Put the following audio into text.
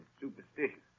superstitious